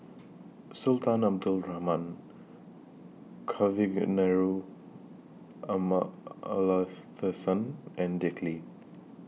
Sultan Abdul Rahman Kavignareru Amallathasan and Dick Lee